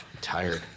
tired